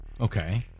Okay